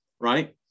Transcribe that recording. right